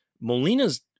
Molina's